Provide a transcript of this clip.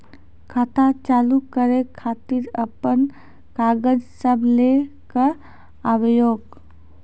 खाता चालू करै खातिर आपन कागज सब लै कऽ आबयोक?